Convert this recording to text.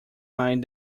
mind